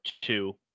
two